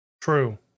true